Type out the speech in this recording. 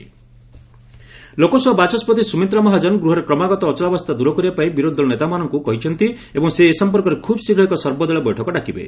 LS Mahajan Lok Sabha ବାଚସ୍କିତି ସୁମିତ୍ର ମହାକନ ଗୃହରେ କ୍ରମାଗତ ଅଚଳାବସ୍ଥା ଦ୍ୱର କରିବା ପାଇଁ ବିରୋଧୀ ଦଳ ନେତାମାନଙ୍କୁ କହିଛନ୍ତି ଏବଂ ସେ ଏ ସମ୍ପର୍କରେ ଖୁବ୍ ଶୀଘ୍ର ଏକ ସର୍ବଦଳୀୟ ବୈଠକ ଡାକିବେ